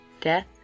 Death